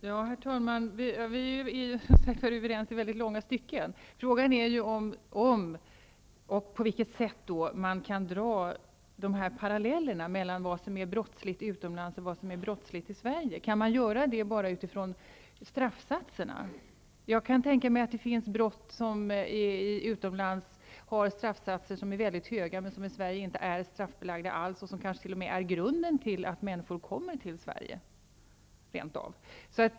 Herr talman! Vi är överens i långa stycken. Men frågan är om och på vilket sätt man kan dra paralleller mellan vad som är brottsligt utomlands och vad som är brottsligt i Sverige. Kan man göra det utifrån straffsatserna? Jag kan tänka mig att det finns brott som utomlands ger anledning till mycket höga straffsatser, medan samma handling i Sverige inte är straffbelagd alls. Det kan rent av utgöra grunden till att människor kommer till Sverige.